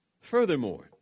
Furthermore